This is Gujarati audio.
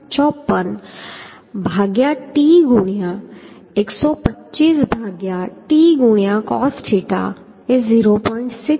54 ભાગ્યા t ગુણ્યા 125 ભાગ્યા t ગુણ્યા cos થીટા એ 0